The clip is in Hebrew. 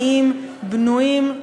איים בנויים,